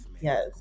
Yes